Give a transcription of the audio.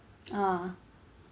(uh huh)